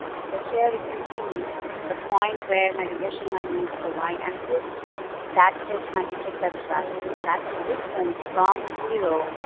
so here, if you see the point where my division line meets the y-axis, that is my intercept value, so that's the distance from zero,